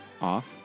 Off